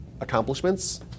accomplishments